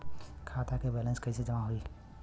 खाता के वैंलेस कइसे जमा होला?